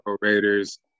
Raiders